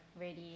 ready